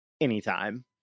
anytime